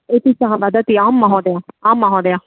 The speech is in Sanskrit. इति सः वदति आं महोदय आं महोदय